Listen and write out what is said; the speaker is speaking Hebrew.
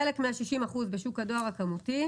חלק מה-60 אחוזים בשוק הדואר הכמותי,